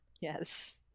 yes